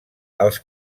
els